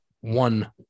one